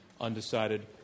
undecided